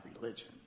religion